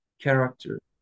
character